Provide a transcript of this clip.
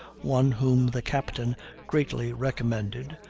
one whom the captain greatly recommended,